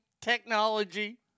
technology